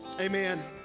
Amen